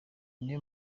niwe